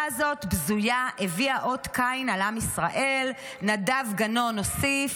הזאת בזויה הביאה אות קין על עם ישראל"; נדב גנון הוסיף: